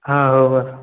ହଁ ହଉ ହଉ